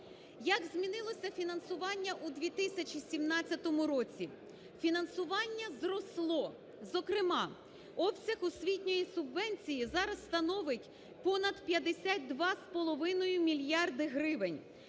Як змінилося фінансування у 2017 році? Фінансування зросло, зокрема, обсяг освітньої субвенції зараз становить понад 52 з половиною мільярди гривень.